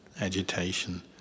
agitation